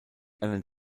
einen